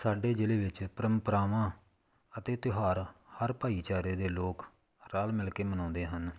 ਸਾਡੇ ਜ਼ਿਲ੍ਹੇ ਵਿੱਚ ਪਰੰਪਰਾਵਾਂ ਅਤੇ ਤਿਉਹਾਰ ਹਰ ਭਾਈਚਾਰੇ ਦੇ ਲੋਕ ਰਲ ਮਿਲ ਕੇ ਮਨਾਉਂਦੇ ਹਨ